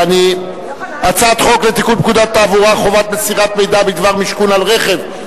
זו הצעת חוק לתיקון פקודת התעבורה (חובת מסירת מידע בדבר משכון על רכב),